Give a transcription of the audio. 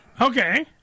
Okay